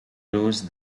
lose